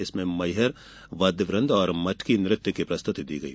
इसमें मैहर वाद्यवन्द और मटकी नृत्य की प्रस्तुति दी गई